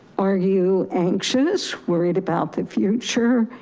are you anxious, worried about the future,